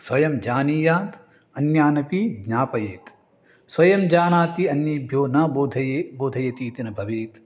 स्वयं जानीयात् अन्यानपि ज्ञापयेत् स्वयं जानाति अन्येभ्यो न बोधये बोधयतीति न भवेत्